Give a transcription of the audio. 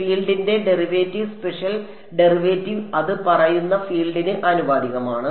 ഫീൽഡിന്റെ derivative spatial derivative അത് പറയുന്ന ഫീൽഡിന് ആനുപാതികമാണ്